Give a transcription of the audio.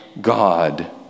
God